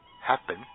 happen